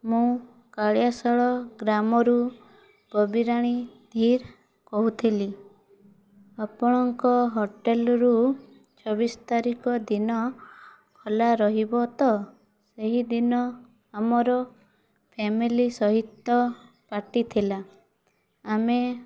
ମୁଁ କାଳିଆଶାଳ ଗ୍ରାମରୁ କବିରାଣୀ ଧୀର କହୁଥିଲି ଆପଣଙ୍କ ହୋଟେଲ୍ ରୁ ଚବିଶ ତାରିଖ ଦିନ ଖୋଲା ରହିବ ତ ଏହି ଦିନ ଆମର ଫେମିଲି ସହିତ ପାର୍ଟି ଥିଲା ଆମେ